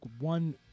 one